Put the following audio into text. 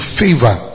favor